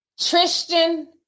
Tristan